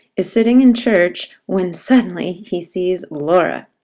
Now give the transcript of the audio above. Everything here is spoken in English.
is sitting in church, when suddenly he sees laura.